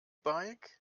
bike